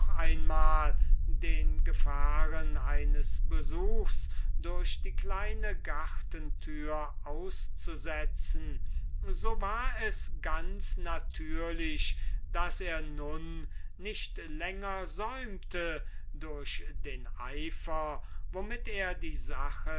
einmal den gefahren eines besuchs durch die kleine gartentüre auszusetzen so war es ganz natürlich daß er nun nicht länger säumte durch den eifer womit er die sache